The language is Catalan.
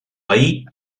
veí